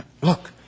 Look